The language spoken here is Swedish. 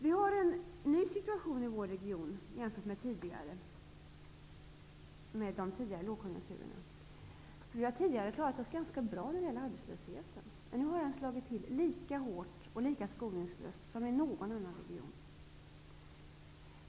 Vi har en ny situation i vår region jämfört med tidigare lågkonjunkturer. Tidigare har vi klarat oss ganska bra när det gäller arbetslösheten. Men nu har den slagit till lika hårt och skoningslöst som i någon annan region.